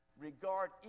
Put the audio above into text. regard